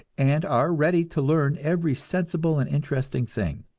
and are ready to learn every sensible and interesting thing.